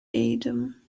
adam